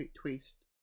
twist